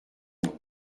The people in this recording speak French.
non